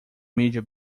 mídia